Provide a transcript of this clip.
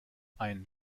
ein